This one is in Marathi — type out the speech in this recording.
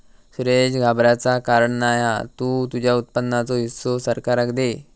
सुरेश घाबराचा कारण नाय हा तु तुझ्या उत्पन्नाचो हिस्सो सरकाराक दे